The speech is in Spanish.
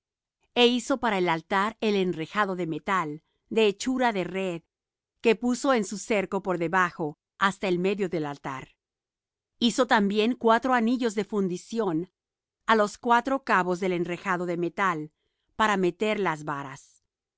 e hizo para el altar el enrejado de metal de hechura de red que puso en su cerco por debajo hasta el medio del altar hizo también cuatro anillos de fundición á los cuatro cabos del enrejado de metal para meter las varas